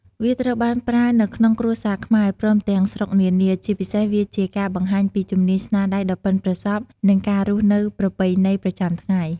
វាត្រូវបានប្រើនៅក្នុងគ្រួសារខ្មែរ ព្រមទាំងស្រុកនានា ជាពិសេសវាជាការបង្ហាញពីជំនាញស្នាដៃដ៏បុិនប្រសព្វ និងការរស់នៅប្រពៃណីប្រចាំថ្ងៃ។